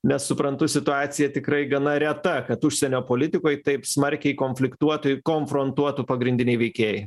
nes suprantu situacija tikrai gana reta kad užsienio politikoj taip smarkiai konfliktuotų konfrontuotų pagrindiniai veikėjai